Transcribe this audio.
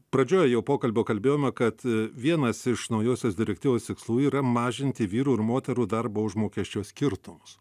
pradžioj jau pokalbio kalbėjome kad vienas iš naujosios direktyvos tikslų yra mažinti vyrų ir moterų darbo užmokesčio skirtumus